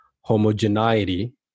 homogeneity